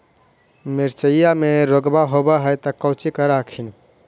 मिर्चया मे रोग्बा होब है तो कौची कर हखिन?